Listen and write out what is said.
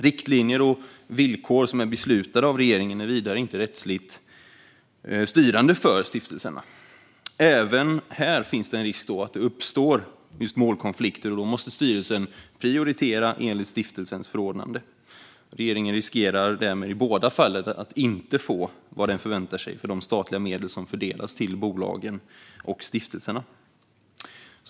Riktlinjer och villkor som är beslutade av regeringen är vidare inte rättsligt styrande för stiftelserna. Även här finns det en risk att det uppstår målkonflikter, och då måste styrelsen prioritera enligt stiftelsens förordnande. Regeringen riskerar därmed i båda fallen att inte få vad den förväntar sig för de statliga medel som fördelas till bolagen och stiftelserna.